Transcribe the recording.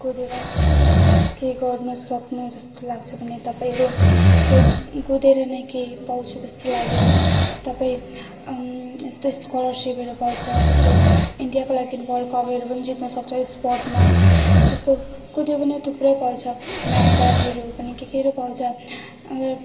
कुदेर केही गर्नसक्नु जस्तो लाग्छ भने तपाईँले कुद् कुदेर नै केही पाउँछु जस्तो लाग्यो भने तपाईँ यस्तो स्कलरसिपहरू पाउँछ यस्तो इन्डियाको लागि वर्ल्डकपहरू पनि जित्नसक्छ स्पोर्टमा यस्तो कुद्यो भने थुप्रै पाउँछ मेडलहरू पनि केकेहरू पाउँछ